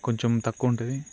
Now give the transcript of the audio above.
కొంచెం తక్కువ ఉంటుంది